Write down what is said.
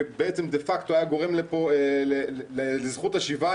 שדה פקטו היה גורם לזכות השיבה,